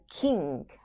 king